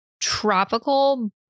tropical